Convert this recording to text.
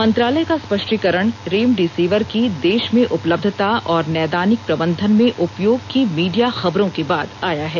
मंत्रालय का स्पष्टीकरण रेमडीसिविर की देश में उपलब्धता और नैदानिक प्रबंधन में उपयोग की मीडिया खबरों के बाद आया है